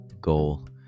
goal